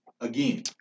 Again